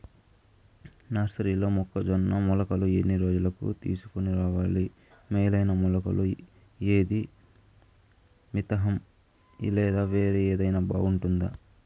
నర్సరీలో మొక్కజొన్న మొలకలు ఎన్ని రోజులకు తీసుకొని రావాలి మేలైన మొలకలు ఏదీ? మితంహ లేదా వేరే ఏదైనా బాగుంటుందా?